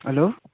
hello